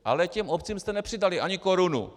Ale těm obcím jste nepřidali ani korunu!